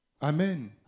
Amen